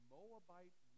Moabite